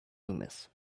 loomis